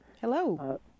Hello